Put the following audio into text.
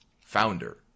Founder